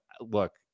Look